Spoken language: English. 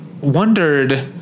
wondered